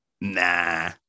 Nah